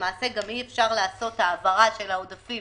למעשה גם אי אפשר לעשות העברה של העודפים